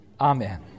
Amen